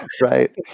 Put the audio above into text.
Right